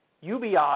UBI